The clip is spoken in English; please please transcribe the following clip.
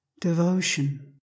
devotion